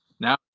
now